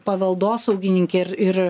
paveldosaugininkė ir ir